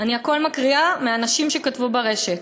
אני הכול מקריאה מאנשים שכתבו ברשת,